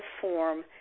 form